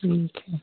ठीक है